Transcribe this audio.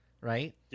right